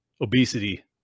obesity